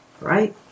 right